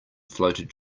floated